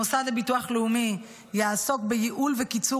המוסד לביטוח לאומי יעסוק בייעול וקיצור